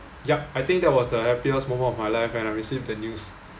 yup I think that was the happiest moment of my life when I received the news